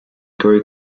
grew